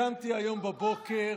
קמתי היום בבוקר,